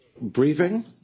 briefing